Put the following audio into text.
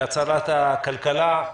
בהצלת הכלכלה.